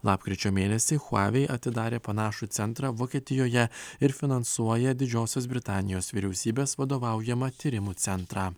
lapkričio mėnesį chuavei atidarė panašų centrą vokietijoje ir finansuoja didžiosios britanijos vyriausybės vadovaujamą tyrimų centrą